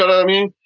i mean,